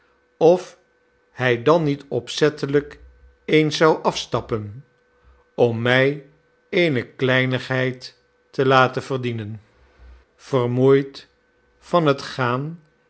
of hij dan niet opzettelijk eens zou afstappen om mij eene kleinigheid te laten verdienen vermoeid van het gaan